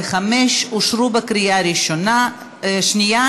ו-5 אושרו בקריאה שנייה,